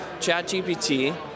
ChatGPT